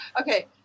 Okay